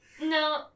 No